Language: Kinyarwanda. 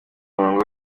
murongo